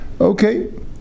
Okay